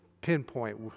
pinpoint